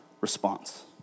response